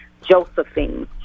Josephine